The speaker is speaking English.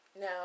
now